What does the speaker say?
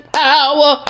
power